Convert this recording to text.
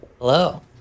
Hello